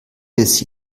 bis